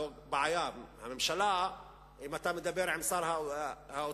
זאת בעיה: אם אתה מדבר עם שר האוצר,